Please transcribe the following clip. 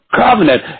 covenant